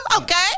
Okay